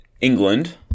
England